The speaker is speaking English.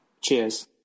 Cheers